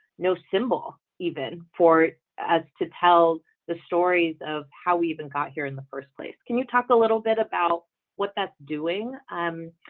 no symbol, even for us to tell the stories of how we even got here in the first place can you talk a little bit about what that's doing? um?